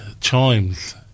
Chimes